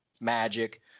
Magic